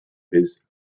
his